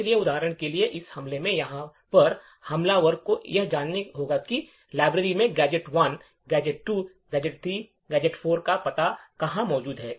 इसलिए उदाहरण के लिए इस मामले में यहां पर हमलावर को यह जानना होगा कि लाइब्रेरी में गैजेट 1 गैजेट 2 गैजेट 3 और गैजेट 4 का पता कहां मौजूद है